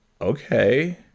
Okay